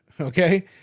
Okay